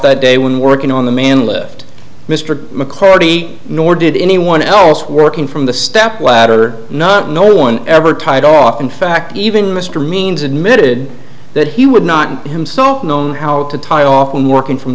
that day when working on the man left mr mclarty nor did anyone else working from the step ladder not no one ever tied off in fact even mr means admitted that he would not himself known how to tie off and working from